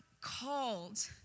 called